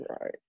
right